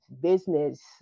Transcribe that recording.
business